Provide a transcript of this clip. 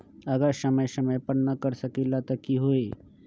अगर समय समय पर न कर सकील त कि हुई?